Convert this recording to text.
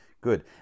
Good